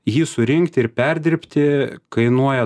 jį surinkti ir perdirbti kainuoja